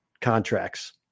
contracts